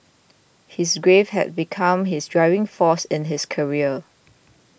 his grief had become his driving force in his career